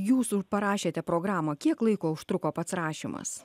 jūsų parašėte programą kiek laiko užtruko pats rašymas